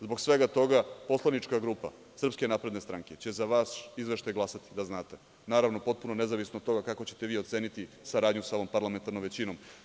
Zbog svega toga, poslanička grupa SNS će za vaš izveštaj glasati, da znate, naravno, potpuno nezavisno od toga kako ćete vi oceniti saradnju sa ovom parlamentarnom većinom.